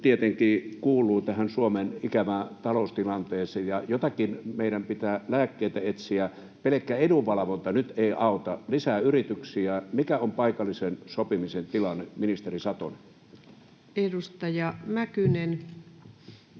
tietenkin kuuluu tähän Suomen ikävään taloustilanteeseen. Jotakin lääkkeitä meidän pitää etsiä. Pelkkä edunvalvonta nyt ei auta. Lisää yrityksiä. Mikä on paikallisen sopimisen tilanne, ministeri Satonen? Edustaja Mäkynen.